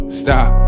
stop